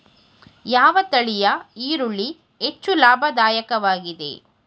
ಯಾವ ತಳಿಯ ಈರುಳ್ಳಿ ಹೆಚ್ಚು ಲಾಭದಾಯಕವಾಗಿದೆ?